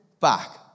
back